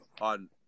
on